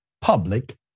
public